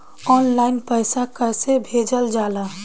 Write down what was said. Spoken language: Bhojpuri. ऑनलाइन पैसा कैसे भेजल जाला?